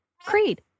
Creed